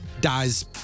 dies